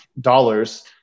dollars